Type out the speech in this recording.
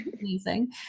amazing